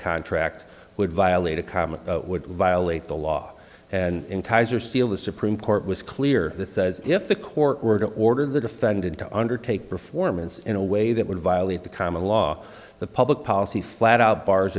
contract would violate a common would violate the law and kaiser steel the supreme court was clear this says if the court were to order the defendant to undertake performance in a way that would violate the common law the public policy flat out bars